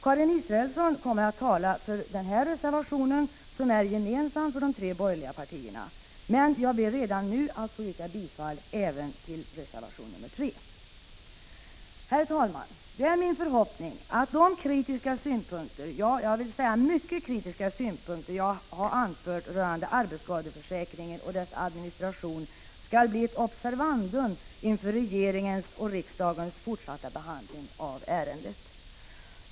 Karin Israelsson kommer att tala för den reservationen, som är gemensam för de tre borgerliga partierna, men jag ber att redan nu få yrka bifall även till reservation nr 3. Herr talman! Det är min förhoppning, att de mycket kritiska synpunkter jag anfört rörande arbetsskadeförsäkringen och dess administration skall bli ett observandum inför regeringens och riksdagens fortsatta behandling av ärendet.